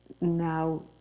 now